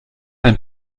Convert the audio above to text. ein